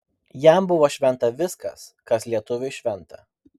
jam buvo šventa viskas kas lietuviui šventa